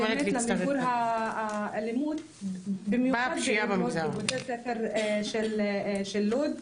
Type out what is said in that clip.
למיגור האלימות במיוחד בבתי הספר של לוד.